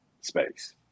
space